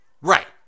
Right